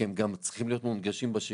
כי הם גם צריכים להיות מונגשים בשגרה.